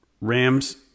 Rams